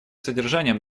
содержанием